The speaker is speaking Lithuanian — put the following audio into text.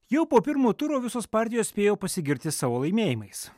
jau po pirmo turo visos partijos spėjo pasigirti savo laimėjimais